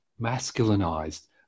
masculinized